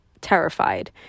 terrified